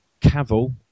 Cavill